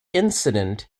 incident